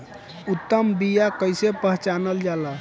उत्तम बीया कईसे पहचानल जाला?